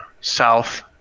South